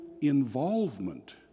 involvement